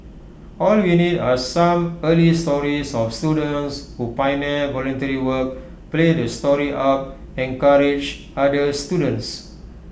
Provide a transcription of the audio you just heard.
all we need are some early stories of students who pioneer voluntary work play the story up encourage other students